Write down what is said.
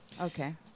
Okay